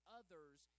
others